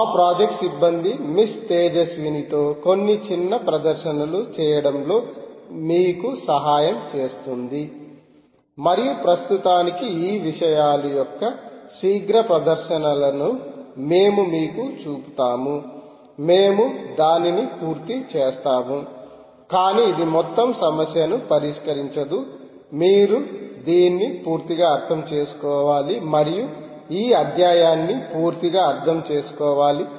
మా ప్రాజెక్ట్ సిబ్బంది మిస్ తేజస్వినితో కొన్ని చిన్న ప్రదర్శనలు చేయడంలో మీకు సహాయం చేస్తుంధి మరియు ప్రస్తుతానికి ఈ విషయాల యొక్క శీఘ్ర ప్రదర్శనలను మేము మీకు చూపుతాము మేము దానిని పూర్తి చేస్తాము కానీ ఇది మొత్తం సమస్యను పరిష్కరించదు మీరు దీన్ని పూర్తిగా అర్థం చేసుకోవాలి మరియు ఈ అధ్యాయాన్ని పూర్తిగా అర్థం చేసుకోవాలి